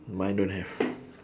mine don't have